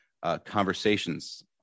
Conversations